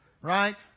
right